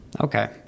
Okay